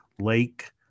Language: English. lake